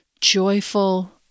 joyful